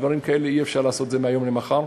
דברים כאלה אי-אפשר לעשות מהיום למחר.